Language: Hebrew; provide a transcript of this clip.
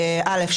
אמל"ק.